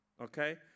okay